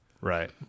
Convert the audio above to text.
Right